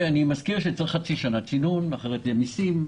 אני מזכיר שצריך חצי שנת צינון כי אחרת יהיו מסים.